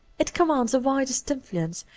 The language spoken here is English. it commands the widest influence,